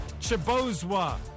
Chibozwa